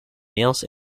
males